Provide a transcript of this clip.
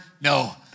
No